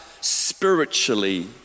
spiritually